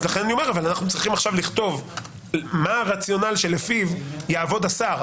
לכן אני אומר שעכשיו אנחנו צריכים לכתוב מה הרציונל שלפיו יעבוד השר.